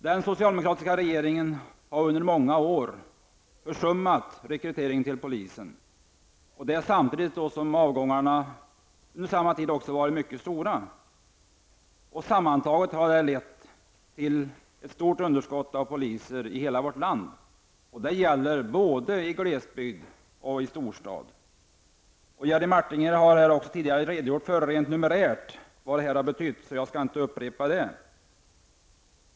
Den socialdemokratiska regeringen har under många år försummat rekryteringen till polisen, samtidigt som avgångarna har varit mycket stora. Sammantaget har detta lett till ett stort underskott av poliser i hela vårt land, både i glesbygd och i storstad. Jerry Martinger har här tidigare redovisat i siffror för vad detta har betytt, så jag behöver inte upprepa det.